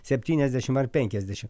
septyniasdešim ar penkiasdešim